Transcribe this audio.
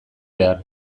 behar